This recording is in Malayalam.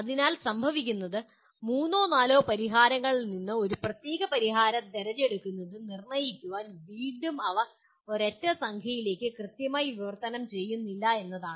അതിനാൽ സംഭവിക്കുന്നത് മൂന്നോ നാലോ പരിഹാരങ്ങളിൽ നിന്ന് ഒരു പ്രത്യേക പരിഹാരം തിരഞ്ഞെടുക്കുന്നത് നിർണ്ണയിക്കാൻ വീണ്ടും അവ ഒരൊറ്റ സംഖ്യയിലേക്ക് കൃത്യമായി വിവർത്തനം ചെയ്യുന്നില്ല എന്നതാണ്